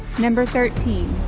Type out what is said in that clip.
number thirteen